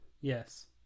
Yes